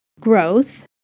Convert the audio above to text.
growth